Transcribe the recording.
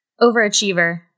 Overachiever